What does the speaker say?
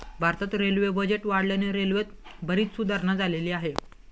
भारतात railway budget वाढल्याने रेल्वेत बरीच सुधारणा झालेली आहे